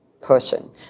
person